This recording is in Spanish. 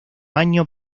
año